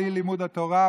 בלי לימוד התורה,